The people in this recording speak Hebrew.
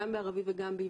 גם בערבית וגם בעברית,